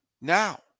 now